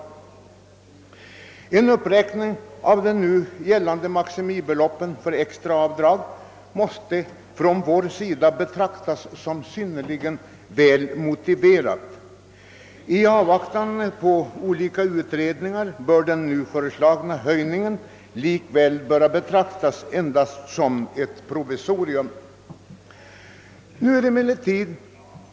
Denna uppräkning av maximibeloppen för extra avdrag måste från vår sida betraktas som synnerligen väl motiverad. I avvaktan på olika utredningar bör likväl den nu föreslagna höjningen betraktas som ett provisorium.